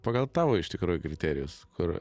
pagal tavo iš tikrųjų kriterijus kur